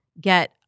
get